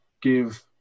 give